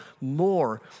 more